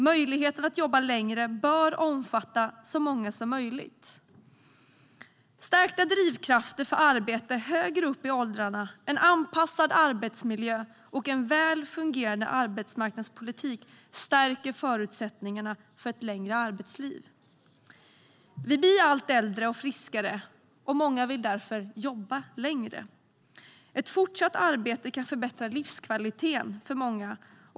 Möjligheten att jobba längre bör omfatta så många som möjligt. Stärkta drivkrafter för arbete högre upp i åldrarna, en anpassad arbetsmiljö och en väl fungerande arbetsmarknadspolitik stärker förutsättningarna för ett längre arbetsliv. Vi blir allt äldre och friskare, och många vill därför jobba längre. Fortsatt arbete kan förbättra livskvaliteten för många.